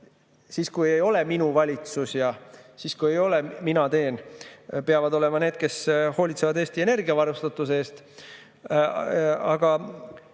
siis, kui ei ole "minu valitsus", ja siis, kui ei ole "mina teen", peavad olema need, kes hoolitsevad Eesti energiavarustatuse eest, on